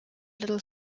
little